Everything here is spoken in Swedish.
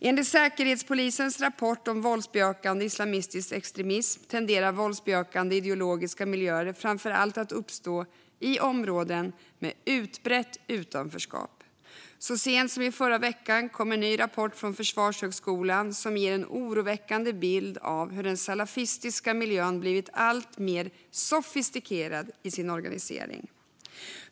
Enligt Säkerhetspolisens rapport om våldsbejakande islamistisk extremism tenderar våldsbejakande ideologiska miljöer att uppstå framför allt i områden med utbrett utanförskap. Så sent som i förra veckan kom en ny rapport från Försvarshögskolan som ger en oroväckande bild av hur den salafistiska miljön blivit alltmer sofistikerad i sin organisering.